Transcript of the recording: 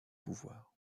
pouvoirs